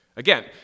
Again